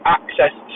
access